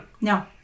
No